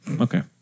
Okay